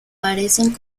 parecen